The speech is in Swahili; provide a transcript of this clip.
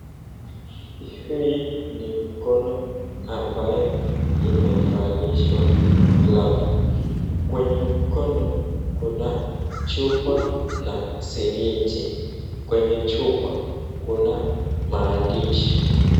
Mkono ambayo imevalishwa glovu na kwenye mkono kuna chupa na syringe .Kwenye chupa kuna maandishi.